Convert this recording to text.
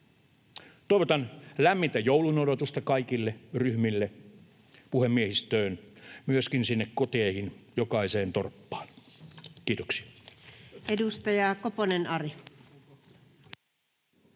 Toivotan lämmintä joulun odotusta kaikille ryhmille, puhemiehistöön, myöskin sinne koteihin jokaiseen torppaan. — Kiitoksia.